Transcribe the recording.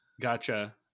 Gotcha